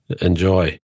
Enjoy